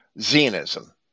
Zionism